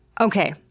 Okay